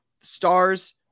Stars